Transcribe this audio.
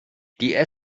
die